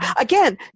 again